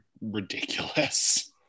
ridiculous